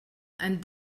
and